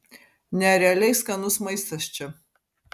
nerealiai skanus maistas čia